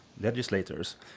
legislators